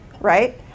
right